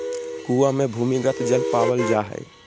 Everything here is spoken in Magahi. कुआँ मे भूमिगत जल पावल जा हय